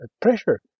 pressure